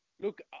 Look